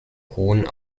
hohen